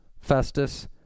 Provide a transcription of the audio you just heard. Festus